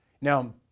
Now